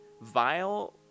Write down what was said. vile